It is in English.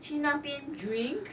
去那边 drink